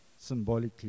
symbolically